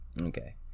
Okay